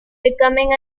becoming